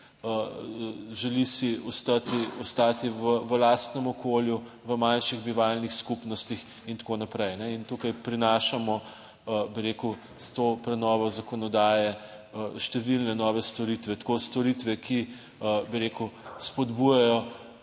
ostati, ostati v lastnem okolju, v manjših bivalnih skupnostih in tako naprej. In tukaj prinašamo, bi rekel, s to prenovo zakonodaje številne nove storitve, tako storitve, ki, bi rekel, spodbujajo